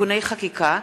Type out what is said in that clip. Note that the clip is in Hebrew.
(תיקוני חקיקה),